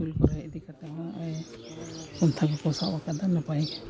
school ᱠᱚᱨᱮ ᱤᱫᱤ ᱠᱟᱛᱮ ᱦᱚᱜᱼᱚᱸᱭ ᱯᱚᱱᱛᱷᱟ ᱠᱚ ᱥᱟᱵ ᱟᱠᱟᱫᱟ ᱱᱟᱯᱟᱭ ᱜᱮ